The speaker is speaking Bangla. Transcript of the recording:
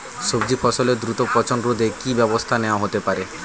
সবজি ফসলের দ্রুত পচন রোধে কি ব্যবস্থা নেয়া হতে পারে?